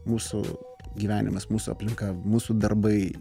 mūsų gyvenimas mūsų aplinka mūsų darbai